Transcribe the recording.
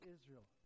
Israel